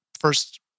first